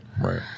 right